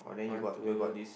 one two